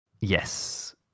Yes